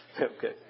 Okay